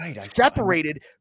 separated